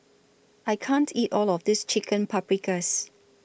I can't eat All of This Chicken Paprikas